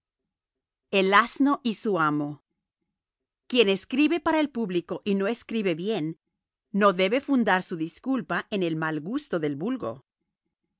el asno y su amo quien escribe para el público y no escribe bien no debe fundar su disculpa en el mal gusto del vulgo